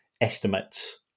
estimates